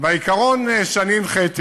העיקרון שאני הנחיתי